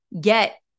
get